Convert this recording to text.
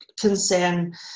concern